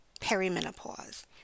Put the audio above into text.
perimenopause